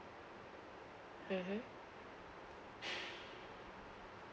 mmhmm